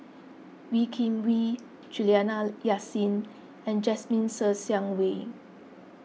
Wee Kim Wee Juliana Yasin and Jasmine Ser Xiang Wei